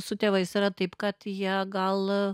su tėvais yra taip kad jie gal